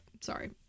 sorry